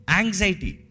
anxiety